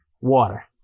water